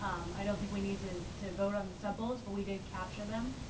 um i don't think we need to to vote on the sub-bullets, but we did capture them.